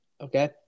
Okay